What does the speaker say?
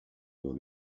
dans